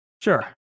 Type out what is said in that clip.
Sure